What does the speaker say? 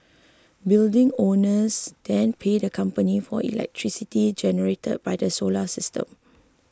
building owners then pay the company for electricity generated by the solar system